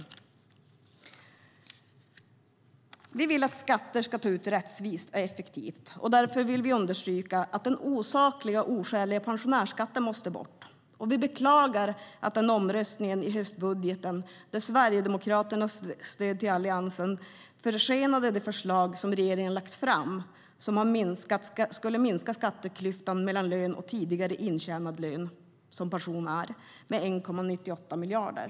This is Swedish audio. Vi vill att skatter ska tas ut rättvist och effektivt. Därför vill vi understryka att den osakliga och oskäliga pensionärsskatten måste bort. Vi beklagar att Sverigedemokraternas stöd till Alliansen vid omröstningen om höstbudgeten försenade det förslag som regeringen lagt fram som skulle minska skatteklyftan mellan lön och tidigare intjänad lön, som pension är, med 1,98 miljarder.